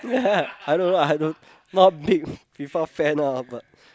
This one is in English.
I don't know I don't not a big FIFA fan ah but